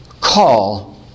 call